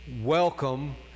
welcome